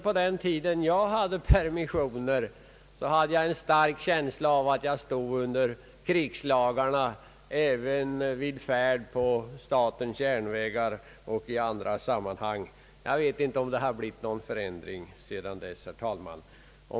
På den tiden då jag fick permission från det militära hade jag en stark käns la av att jag siod under krigslagarna även vid färd på järnväg och i andra sammanhang. Jag vet inte om det har blivit någon förändring sedan dess.